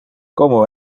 como